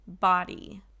body